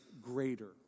greater